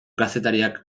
kazetariak